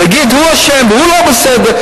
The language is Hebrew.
להגיד הוא אשם והוא לא בסדר,